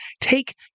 take